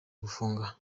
gufunga